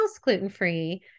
gluten-free